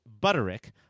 butterick